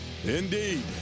Indeed